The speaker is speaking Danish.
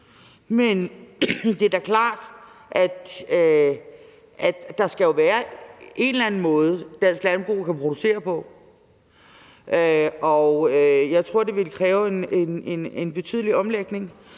Men det er da klart, at der jo skal være en eller anden måde, dansk landbrug kan producere på, og jeg tror, det ville kræve en betydelig omlægning,